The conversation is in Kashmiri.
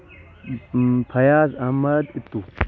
فیاض احمد اتوٗ